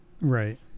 right